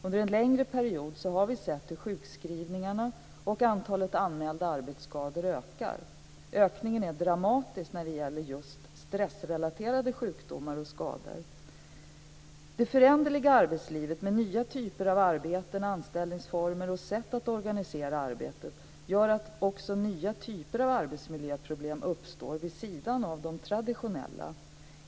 Under en längre period har vi sett hur sjukskrivningarna och antalet anmälda arbetsskador ökar. Ökningen är dramatisk när det gäller just stressrelaterade sjukdomar och skador. Det föränderliga arbetslivet, med nya typer av arbeten, anställningsformer och sätt att organisera arbetet, gör att nya typer av arbetsmiljöproblem uppstår vid sidan av de traditionella.